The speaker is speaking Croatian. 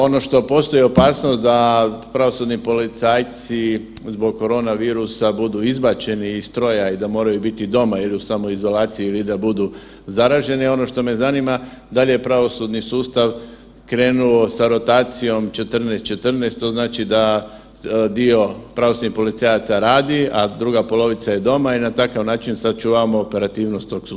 Ono što postoji opasnost da pravosudni policajci zbog korona virusa budu izbačeni iz stroja i da moraju biti doma ili u samoizolaciji ili da budu zaraženi, ono što me zanima da li je pravosudni sustav krenuo sa rotacijom 14-14 što znači da dio pravosudnih policajaca radi, a druga polovica je doma i na takav način sačuvamo operativnost tog sustava?